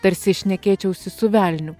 tarsi šnekėčiausi su velniu